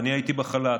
ואני הייתי בחל"ת.